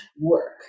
work